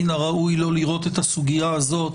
מן הראוי לא לראות את הסוגיה הזאת